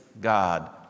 God